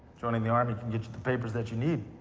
joining the army can get you the papers that you need.